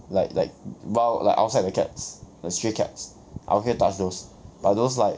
like like wild like outside the cats the stray cats I okay to touch those but those like